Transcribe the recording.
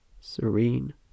serene